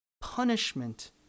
Punishment